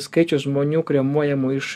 skaičius žmonių kremuojamų iš